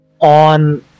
on